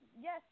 yes